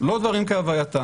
לא דברים כהווייתם.